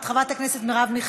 חברת הכנסת חנין זועבי,